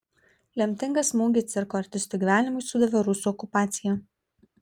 lemtingą smūgį cirko artistų gyvenimui sudavė rusų okupacija